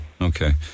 okay